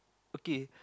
okay